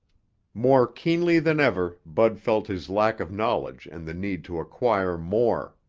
more keenly than ever, bud felt his lack of knowledge and the need to acquire more.